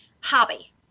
hobby